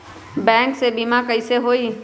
Bank से बिमा कईसे होई?